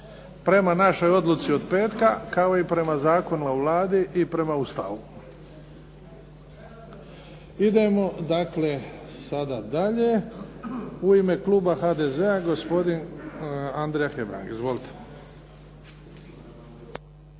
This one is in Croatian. Prema našoj odluci od petka kao i prema Zakonu o Vladi i prema Ustavu. Idemo dakle sada dalje. U ime Kluba HDZ-a, gospodin Andrija Hebrang. Izvolite.